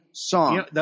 song